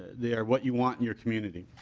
they are what you want in your community.